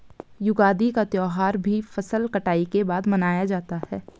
युगादि का त्यौहार भी फसल कटाई के बाद मनाया जाता है